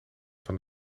van